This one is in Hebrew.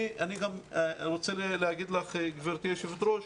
אני רוצה להגיד לך, גברתי היושבת-ראש,